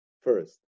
first